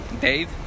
Dave